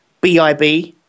BIB